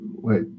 wait